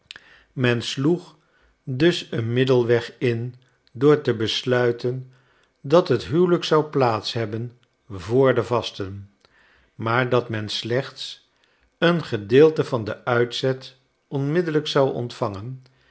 men sloeg dus een middelweg in door te besluiten dat het huwelijk zou plaats hebben voor de vasten maar dat men slechts een gedeelte van den uitzet onmiddellijk zou ontvangen